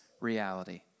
reality